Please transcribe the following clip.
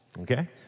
okay